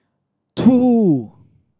two